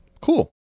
Cool